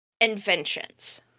inventions